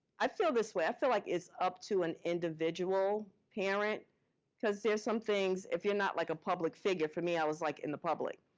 i feel this way. i feel like it's up to an individual parent because there's some things, if you're not like a public figure, for me, i was like in the public,